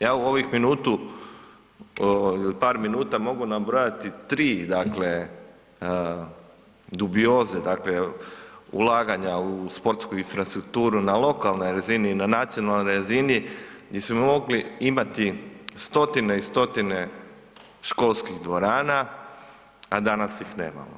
Ja u ovih minutu i par minuta mogu nabrojati tri dubioze ulaganja u sportsku infrastrukturu na lokalnoj razini na nacionalnoj razini gdje smo mogli imati stotine i stotine školskih dvorana, a danas ih nemamo.